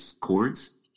chords